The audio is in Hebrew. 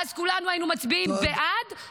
ואז כולנו היינו מצביעים בעד,